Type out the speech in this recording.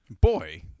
Boy